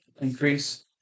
increase